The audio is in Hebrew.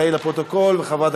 העבודה,